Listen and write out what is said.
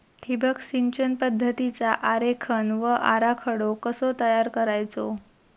ठिबक सिंचन पद्धतीचा आरेखन व आराखडो कसो तयार करायचो?